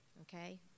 okay